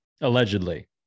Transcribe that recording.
Allegedly